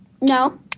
No